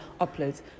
uploads